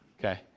Okay